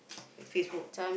like Facebook